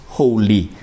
holy